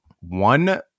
one